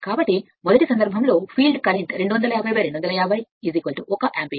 కాబట్టి మొదటి సందర్భం లో ఫీల్డ్ కరెంట్ 1 యాంపియర్